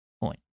point